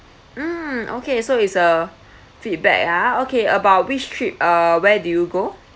mm okay so it is a feedback a'ah okay about which trip uh where do you go